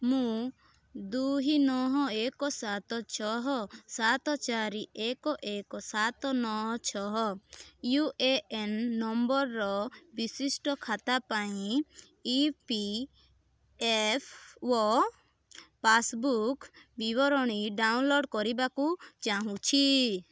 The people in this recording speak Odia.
ମୁଁ ଦୁଇ ନଅ ଏକ ସାତ ଛଅ ସାତ ଚାରି ଏକ ଏକ ସାତ ନଅ ଛଅ ୟୁ ଏ ଏନ୍ ନମ୍ବରର ବିଶିଷ୍ଟ ଖାତା ପାଇଁ E P F O passbook ବିବରଣୀ ଡାଉନ୍ଲୋଡ଼୍ କରିବାକୁ ଚାହୁଁଛି